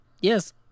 Yes